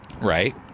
Right